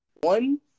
One